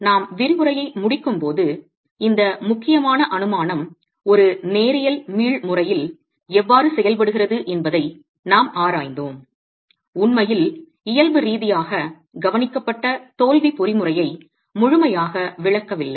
நாம் விரிவுரையை முடிக்கும்போது இந்த முக்கியமான அனுமானம் ஒரு நேரியல் மீள் முறையில் எவ்வாறு செயல்படுகிறது என்பதை நாம் ஆராய்ந்தோம் உண்மையில் இயல்பு ரீதியாக கவனிக்கப்பட்ட தோல்வி பொறிமுறையை முழுமையாக விளக்கவில்லை